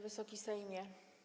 Wysoki Sejmie!